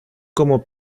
como